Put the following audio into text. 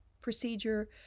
procedure